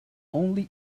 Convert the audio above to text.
only